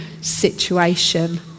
situation